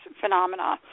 phenomena